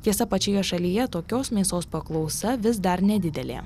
tiesa pačioje šalyje tokios mėsos paklausa vis dar nedidelė